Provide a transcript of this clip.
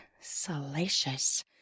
salacious